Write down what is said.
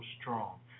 strong